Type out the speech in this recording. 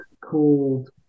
called